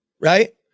right